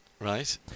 Right